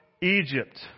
Egypt